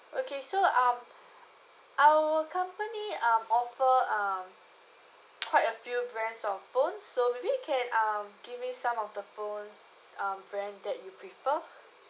okay so um our company um offer um quite a few brands of phones so maybe you can um give me some of the phones um brand that you prefer